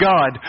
God